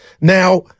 Now –